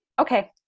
okay